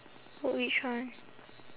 oh which one